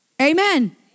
Amen